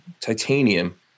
Titanium